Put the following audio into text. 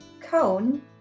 cone